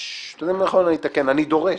אני דורש